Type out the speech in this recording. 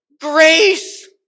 Grace